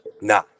Nah